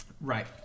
Right